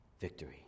Victory